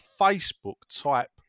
Facebook-type